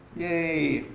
yay!